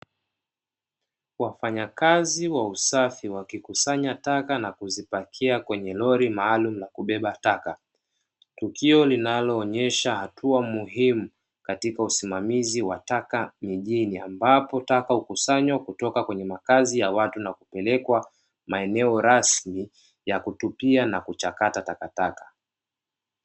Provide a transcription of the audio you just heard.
Wafanyakazi wa usafi wakikusanya taka na kuzipakia kwenye lori maalumu la kubeba taka, tukio linaloonesha hatua muhimu katika usimamizi wa taka mijini, ambapo taka hukusanywa kutoka kwenye makazi ya watu na kupelekwa maeneo rasmi ya kutupia na kuchakata takataka.